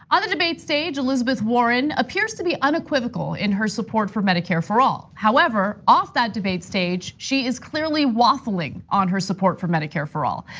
on the debate stage, elizabeth warren appears to be unequivocal in her support for medicare for all. however, off that debate stage, she is clearly waffling on her support for medicare for all.